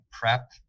PrEP